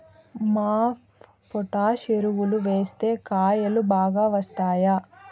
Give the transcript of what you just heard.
MOP potash ఎరువులు వేస్తే కాయలు బాగా వస్తాయా?